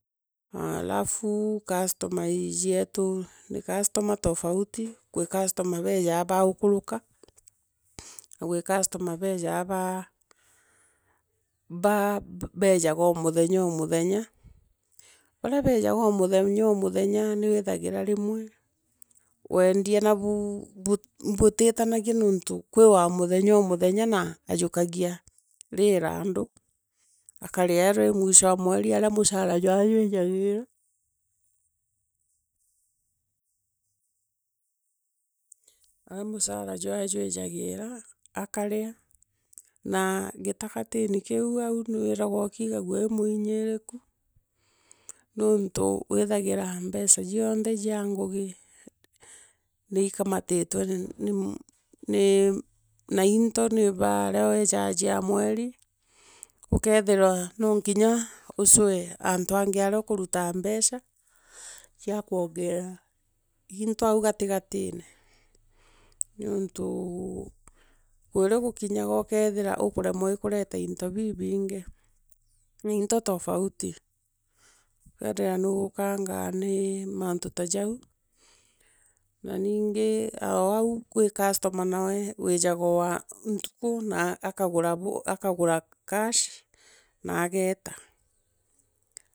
Halafu customer jietu ni customer tofauti, kwi customer bejaa baukuruka, na gwi customer bejaa baa bejaga o muthenya o muthenya ura beejaga o muthenya o muthenya o muthenya ura beejaba omuthenya ni withagira rimwe wendia nabu butitanagia nontu kwina o muthenyu omuthenyu na na ajukagaa nareo irundu, akare eethana I mwicho o mweri, mushaira iwawe juuijagira aa musara jwajwe jwigagira akarea, na gitagatini kiu au nwithairwa ukigagua wi mwiinyiriku, nontu withagira mbeca gionthe jia ngugi ni ikamatitwe ni na into ni baarea weeja jia mweri, ukeethira nginya no ucoe angi area ukuvuta mbeca, cia kwongera mto au gatigatire nontu kwirio gukinyaga ukethira ukuremwa ii kureta into bibingi ni inyo tofauti ykethia nuugukangaa ni mantu ta ja una ningi o au kwina customer nawe wiijaga o ntuku na akagura cash, na ageeta.